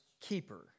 keeper